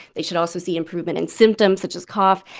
they should also see improvement in symptoms such as cough.